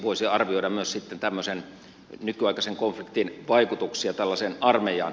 voisi arvioida myös sitten tämmöisen nykyaikaisen konfliktin vaikutuksia tällaiseen armeijaan